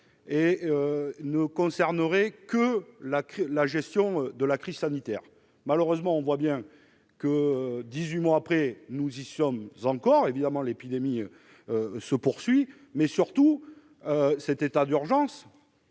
ne concernerait que la gestion de la crise sanitaire. Malheureusement, dix-huit mois après, nous y sommes encore ! Évidemment, l'épidémie se poursuit, mais, surtout, durant cet état d'urgence